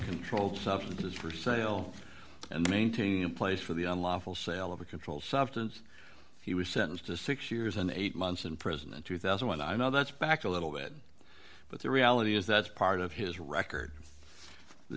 controlled substances for sale and maintaining a place for the unlawful sale of a controlled substance he was sentenced to six years and eight months in prison in two thousand when i know that's back a little bit but the reality is that's part of his record the